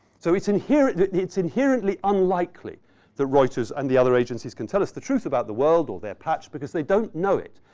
so, it's inherently it's inherently unlikely that reuters and the other agencies can tell us the truth about the world or their patch, because they don't know it.